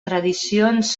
tradicions